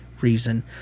reason